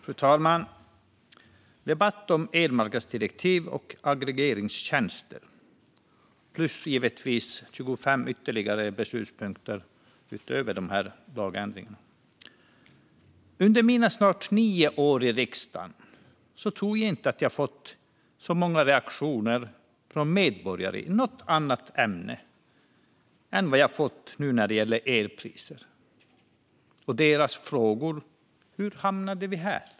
Fru talman! Denna debatt handlar om elmarknadsdirektiv och aggregeringstjänster, plus givetvis ytterligare 25 beslutspunkter utöver förslagen till lagändringar. Under mina snart nio år i riksdagen tror jag inte att jag har fått så många reaktioner från medborgare i något annat ämne än vad jag har fått nu när det gäller elpriser. Deras fråga är: Hur hamnade vi här?